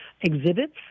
exhibits